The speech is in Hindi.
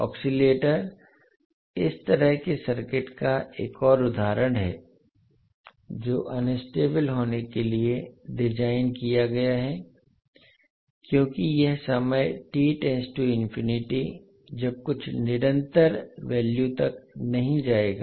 ऑस्किलटर इस तरह के सर्किट का एक और उदाहरण है जो अनस्टेबल होने के लिए डिज़ाइन किया गया है क्योंकि यह समय जब कुछ निरंतर वैल्यू तक नहीं जाएगा